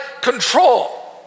control